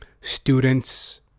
students